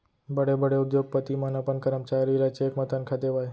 बड़े बड़े उद्योगपति मन अपन करमचारी ल चेक म तनखा देवय